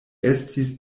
estis